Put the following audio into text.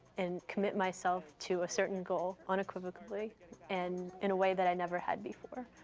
and commit myself to a certain goal unequivocally and in a way that i never had before.